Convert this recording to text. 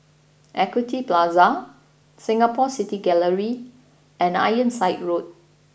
Equity Plaza Singapore City Gallery and Ironside Road